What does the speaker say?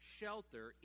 shelter